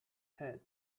head